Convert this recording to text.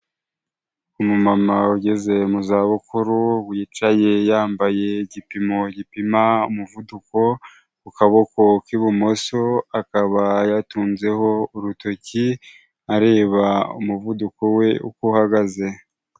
Umumama ugeze mu zabukuru, wicaye yambaye igipimo gipima umuvuduko, ku kaboko k'ibumoso akaba yatunzeho urutoki, areba umuvuduko we uko uhagaze.